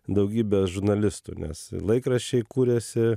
daugybės žurnalistų nes laikraščiai kuriasi